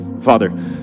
Father